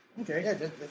Okay